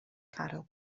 caryl